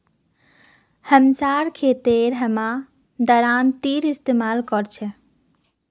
हमसार खेतत हम दरांतीर इस्तेमाल कर छेक